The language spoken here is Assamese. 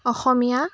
অসমীয়া